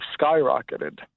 skyrocketed